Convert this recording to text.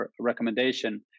recommendation